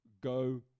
go